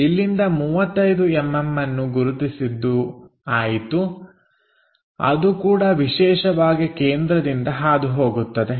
ಇಲ್ಲಿಂದ 35mm ಅನ್ನು ಗುರುತಿಸಿದ್ದು ಆಯಿತು ಅದು ಕೂಡ ವಿಶೇಷವಾಗಿ ಕೇಂದ್ರದಿಂದ ಹಾದು ಹೋಗುತ್ತದೆ